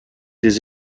des